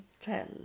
tell